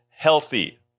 healthy